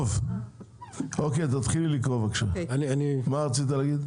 מה רצית להגיד?